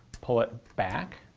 pull it back.